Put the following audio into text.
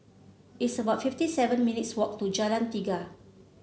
it's about fifty seven minutes' walk to Jalan Tiga